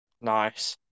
Nice